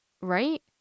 Right